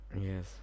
Yes